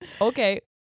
Okay